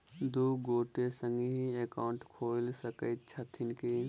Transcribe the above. दु गोटे संगहि एकाउन्ट खोलि सकैत छथि की?